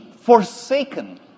forsaken